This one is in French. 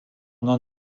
n’en